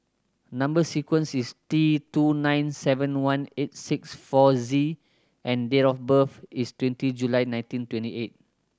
number sequence is T two nine seven one eight six four Z and date of birth is twenty June nineteen twenty eight